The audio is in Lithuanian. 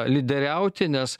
lyderiauti nes